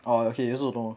oh okay you also don't know